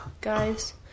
guys